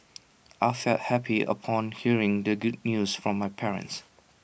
I felt happy upon hearing the good news from my parents